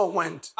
went